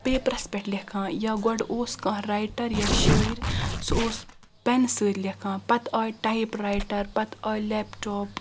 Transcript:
papers پٮ۪ٹھ لیٚکھان یا گۄڈٕ اوس کانٛہہ رایٹر یا شٲعر سُہ اوس پینہٕ سۭتۍ لیٚکھان پتہِ آیہِ ٹایپ رایٹر پتہِ آیہِ لیپٹاپ